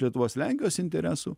lietuvos lenkijos interesų